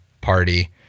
party